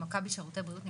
ממכבי שירותי בריאות,